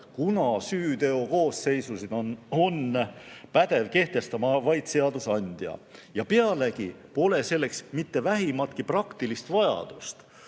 kuna süüteokoosseisusid on pädev kehtestama vaid seadusandja. Pealegi pole selleks mitte vähimatki praktilist vajadust.